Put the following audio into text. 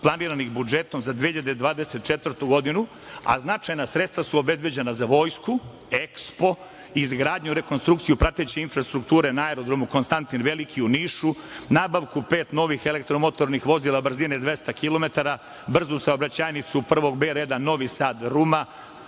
planiranih budžetom za 2024. godinu, a značajna sredstva su obezbeđena za Vojsku, EKSPO, izgradnju i rekonstrukciju prateće infrastrukture na aerodromu „Konstantin Veliki“ u Nišu, nabavku pet novih elektromotornih vozila brzine 200 km, brzu saobraćajnicu IV reda Novi Sad – Ruma,